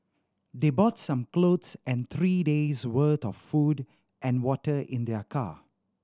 they brought some clothes and three days' worth of food and water in their car